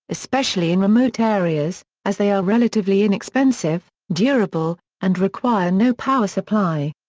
especially in remote areas, as they are relatively inexpensive, durable, and require no power supply.